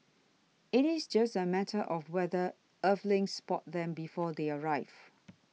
it is just a matter of whether Earthlings spot them before they arrive